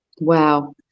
Wow